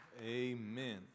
Amen